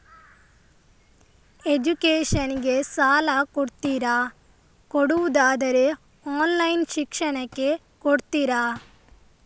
Education ಗೆ ಸಾಲ ಕೊಡ್ತೀರಾ, ಕೊಡುವುದಾದರೆ ಆನ್ಲೈನ್ ಶಿಕ್ಷಣಕ್ಕೆ ಕೊಡ್ತೀರಾ?